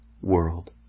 world